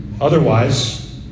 Otherwise